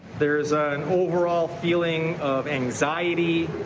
there's an overall feeling of anxiety,